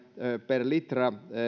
per litra